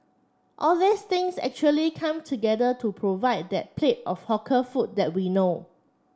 all these things actually come together to provide that plate of hawker food that we know